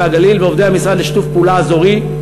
והגליל ועובדי המשרד לשיתוף פעולה אזורי,